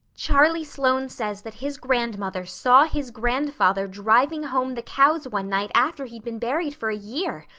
charlie sloane says that his grandmother saw his grandfather driving home the cows one night after he'd been buried for a year.